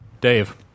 Dave